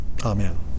Amen